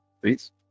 Please